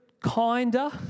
kinder